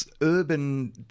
urban